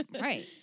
right